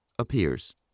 appears